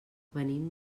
venim